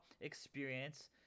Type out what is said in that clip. experience